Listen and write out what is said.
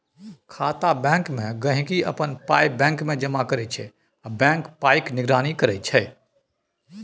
खाता बैंकमे गांहिकी अपन पाइ बैंकमे जमा करै छै आ बैंक पाइक निगरानी करै छै